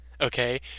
Okay